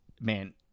man